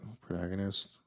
protagonist